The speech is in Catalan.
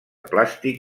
plàstic